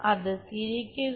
അത് തിരിക്കുക